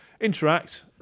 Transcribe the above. interact